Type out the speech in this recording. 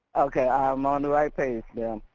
okay i'm on the right page then.